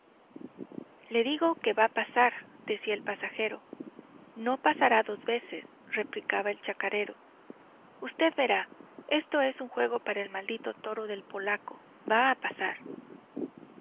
le digo que va a pasar decía el pasajero no pasará dos veces replicaba el chacarero usted verá esto es un juego para el maldito toro del polaco va a pasar